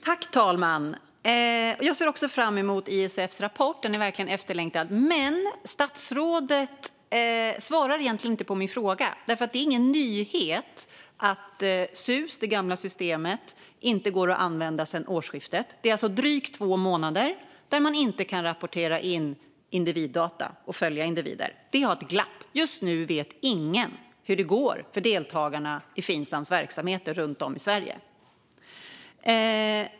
Fru talman! Jag ser också fram emot ISF:s rapport. Den är verkligen efterlängtad. Men statsrådet svarade egentligen inte på min fråga. Det är nämligen ingen nyhet att SUS, det gamla systemet, inte går att använda sedan årsskiftet. Man har alltså under drygt två månader inte kunnat rapportera in individdata och följa individer. Vi har ett glapp. Just nu vet ingen hur det går för deltagarna i Finsams verksamheter runt om i Sverige.